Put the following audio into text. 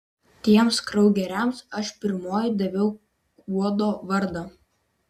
tiems kraugeriams aš pirmoji daviau uodo vardą